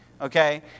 okay